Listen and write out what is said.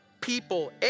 people